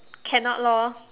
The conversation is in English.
cannot lor